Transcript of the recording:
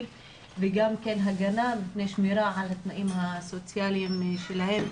וגם הגנה ושמירה על התנאים הסוציאליים שלהם.